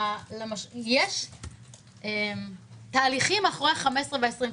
יש תהליכים מאחורי 15 ו-20 שניות.